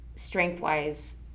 strength-wise